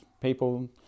people